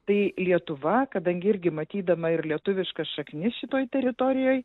tai lietuva kadangi irgi matydama ir lietuviškas šaknis šitoj teritorijoj